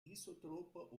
isotroper